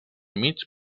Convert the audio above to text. mig